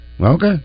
Okay